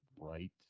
right